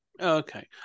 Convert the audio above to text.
Okay